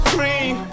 Cream